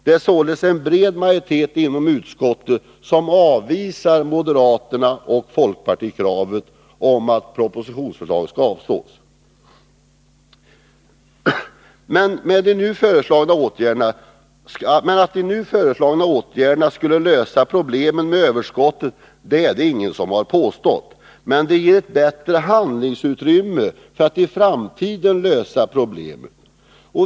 Det är således en bred majoritet inom utskottet som avvisar kravet från moderaterna och folkpartiet om att propositionens förslag skall avslås. Att de nu föreslagna åtgärderna skulle lösa problemen med överskottet är det ingen som har påstått. Men de ger ett bättre handlingsutrymme för att i framtiden lösa problemen.